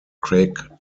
craig